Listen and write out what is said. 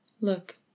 Look